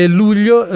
luglio